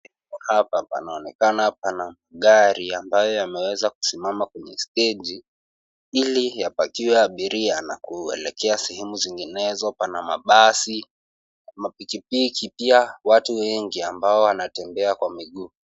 Hapa panaonekana pana gari ambayo yameweza kusimama kwenye steji ili yapakiwe abiria na kuelekea sehemu zinginezo. Pana mabasi, mapikipiki pia watu wengi ambao wanatembea kwa miguu.